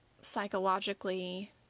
psychologically